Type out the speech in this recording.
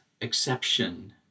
exception